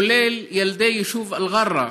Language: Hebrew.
כולל ילדי היישוב אל-ע'רא,